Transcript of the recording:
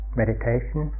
meditation